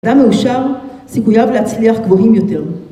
אדם מאושר, סיכויו להצליח גבוהים יותר